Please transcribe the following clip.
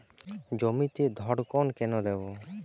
জমিতে ধড়কন কেন দেবো?